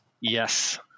Yes